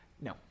No